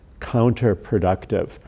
counterproductive